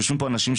יושבים פה אנשים,